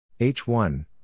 H1 –